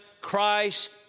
Christ